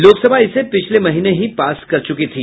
लोकसभा इसे पिछले महीने ही पास कर चुकी थी